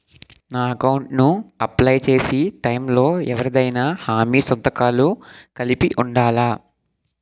నా అకౌంట్ ను అప్లై చేసి టైం లో ఎవరిదైనా హామీ సంతకాలు కలిపి ఉండలా?